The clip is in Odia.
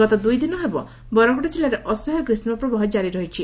ଗତ ଦୁଇଦିନ ହେବ ବରଗଡ଼ ଜିଲ୍ଲାରେ ଅସହ୍ୟ ଗ୍ରୀଷ୍କ ପ୍ରବାହ ଜାରି ରହିଛି